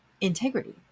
integrity